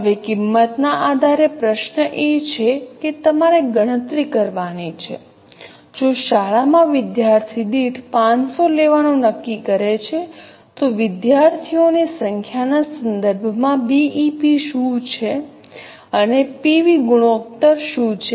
હવે કિંમત ને આધારે પ્રશ્ન એ છે કે તમારે ગણતરી કરવાની છે જો શાળા માં વિદ્યાર્થી દીઠ 500 લેવાનું નક્કી કરે છે તો વિદ્યાર્થીઓની સંખ્યા ના સંદર્ભ માં બીઇપી શું છે અને પીવી ગુણોત્તર શું છે